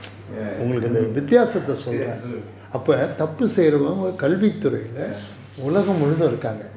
ya ya I mean ya true true ya